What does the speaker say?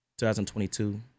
2022